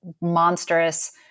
monstrous